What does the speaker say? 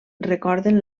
recorden